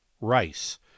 rice